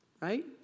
right